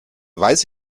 weiß